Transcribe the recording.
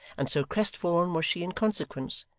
and so crestfallen was she in consequence,